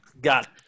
Got